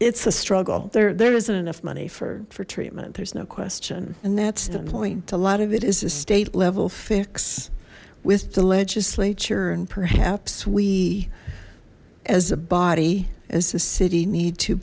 it's a struggle there there isn't enough money for for treatment there's no question and that's the point a lot of it is a state level fix with the legislature and perhaps we as a body as a city need to